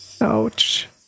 Ouch